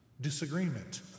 disagreement